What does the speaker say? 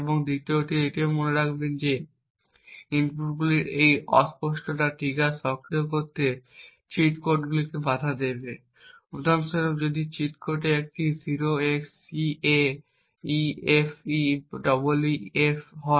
এবং দ্বিতীয়ত এটিও মনে রাখবেন যে ইনপুটগুলির এই অস্পষ্টতা ট্রিগার সক্রিয় করতে চিট কোডটিকে বাধা দেবে। উদাহরণস্বরূপ যদি চিট কোডটি একটি 0xCAFEBEEF হয়